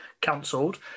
cancelled